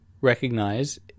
recognize